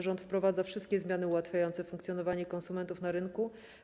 Rząd wprowadza wszystkie zmiany ułatwiające funkcjonowanie konsumentów na rynku.